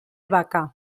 vaca